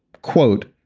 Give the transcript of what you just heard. quote,